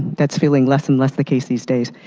that's feeling less and less the case these days.